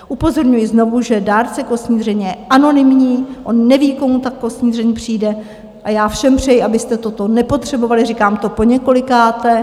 Upozorňuji znovu, že dárce kostní dřeně je anonymní, on neví, komu ta kostní dřeň přijde, a já všem přeji, abyste toto nepotřebovali, říkám to po několikáté.